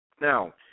Now